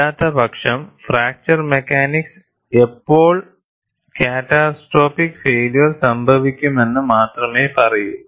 അല്ലാത്തപക്ഷം fracture mechanics എപ്പോൾ catastrophic failure സംഭവിക്കുമെന്ന് മാത്രമേ പറയൂ